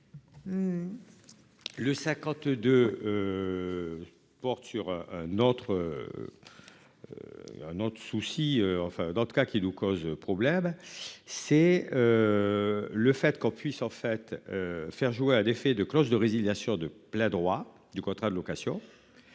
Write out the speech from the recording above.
Le 52. Porte sur un autre. Un autre souci enfin dans le cas qui nous cause problème. C'est. Le fait qu'on puisse en fait. Faire jouer un effet de clause de résiliation de. La droit du contrat de location.